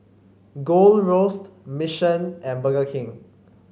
Gold Roast Mission and Burger King